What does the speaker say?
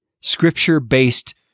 scripture-based